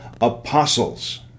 apostles